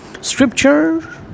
Scripture